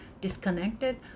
disconnected